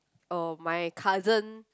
oh my cousin